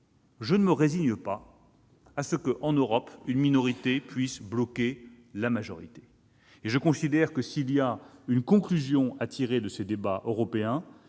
Je ne me résigne pas à ce que, en Europe, une minorité puisse bloquer la majorité. Je considère que, s'il y a une conclusion à tirer de ces débats européens,